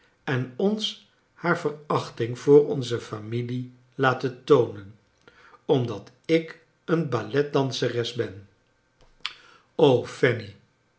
en ons haar verachting voor onze familie laten toonen omdat ik een balletdanseres ben